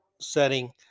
setting